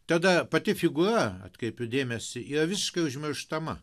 tada pati figūra atkreipiu dėmesį yra visiškai užmirštama